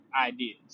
ideas